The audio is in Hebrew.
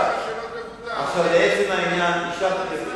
לעצם העניין, אישרתי בכלי